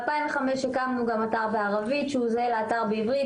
ב-2005 הקמנו אתר בערבית שזהה לאתר בעברית.